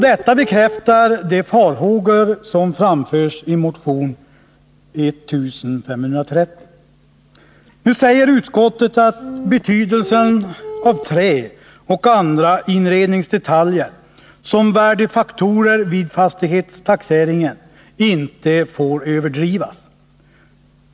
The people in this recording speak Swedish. Detta bekräftar de farhågor som framförs i motion 1530. Utskottet säger att betydelsen av trä och andra inredningsdetaljer som värdefaktorer vid fastighetstaxeringen inte får överdrivas.